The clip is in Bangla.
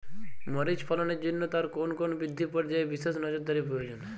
মরিচ ফলনের জন্য তার কোন কোন বৃদ্ধি পর্যায়ে বিশেষ নজরদারি প্রয়োজন?